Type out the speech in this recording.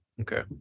Okay